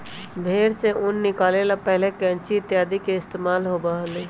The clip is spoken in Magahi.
भेंड़ से ऊन निकाले ला पहले कैंची इत्यादि के इस्तेमाल होबा हलय